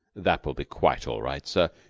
that will be quite all right, sir,